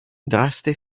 draste